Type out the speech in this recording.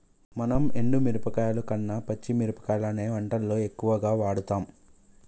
మనం ఎండు మిరపకాయల కన్న పచ్చి మిరపకాయలనే వంటల్లో ఎక్కువుగా వాడుతాం